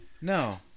No